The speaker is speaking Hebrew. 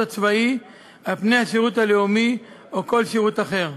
הצבאי על-פני השירות הלאומי או כל שירות אחר.